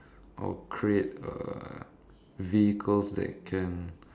I'll create a vehicles that can